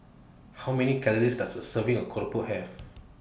How Many Calories Does A Serving of Keropok Have